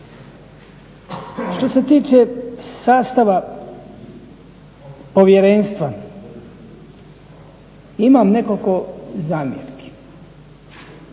Što se tiče sastava povjerenstva, imam nekolko zamjerki.